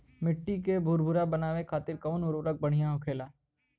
मिट्टी के भूरभूरा बनावे खातिर कवन उर्वरक भड़िया होखेला?